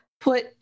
put